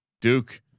Duke